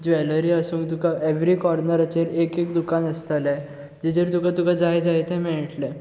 jewellery आसूं तुका every कोर्नराचेर एक एक दुकान आसतलें जाचेर तुका जाय जाय तें मेळटलें